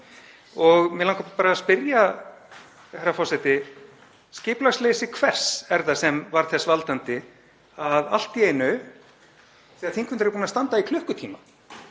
Mig langar bara að spyrja, herra forseti: Skipulagsleysi hvers er það sem varð þess valdandi að allt í einu, þegar þingfundur er búinn að standa í klukkutíma,